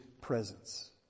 presence